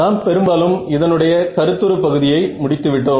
நாம் பெரும்பாலும் இதனுடைய கருத்துரு பகுதியை முடித்து விட்டோம்